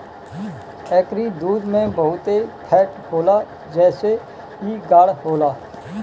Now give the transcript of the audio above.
एकरी दूध में बहुते फैट होला जेसे इ गाढ़ होला